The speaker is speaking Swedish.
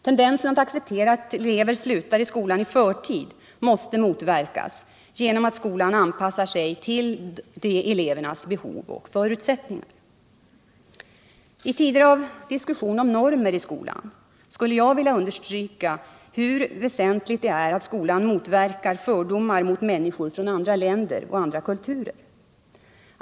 Tendensen att acceptera att elever slutar skolan i förtid måste motverkas genom att skolan anpassar sig till elevernas behov och förutsättningar. I tider av diskussion om normer i skolan skulle jag vilja understryka hur väsentligt det är att skolan motverkar fördomar mot människor från andra länder och kulturer.